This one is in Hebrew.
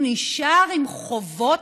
הוא נשאר עם חובות,